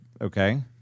Okay